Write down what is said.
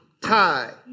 tie